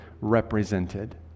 represented